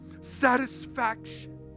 satisfaction